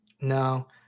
no